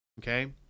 Okay